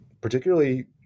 particularly